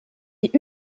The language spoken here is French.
est